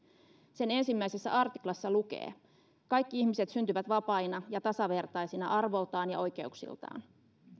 sen ensimmäisessä artiklassa lukee kaikki ihmiset syntyvät vapaina ja tasavertaisina arvoltaan ja oikeuksiltaan